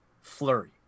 flurry